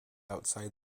outside